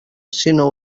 sinó